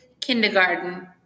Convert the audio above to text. Kindergarten